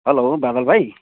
hello Badal भाइ